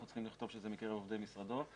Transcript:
אנחנו צריכים לכתוב שזה מקרב עובדי משרדו.